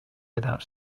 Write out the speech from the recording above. without